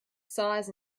size